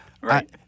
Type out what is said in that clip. Right